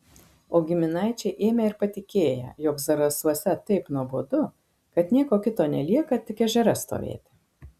o giminaičiai ėmę ir patikėję jog zarasuose taip nuobodu kad nieko kito nelieka tik ežere stovėti